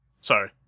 sorry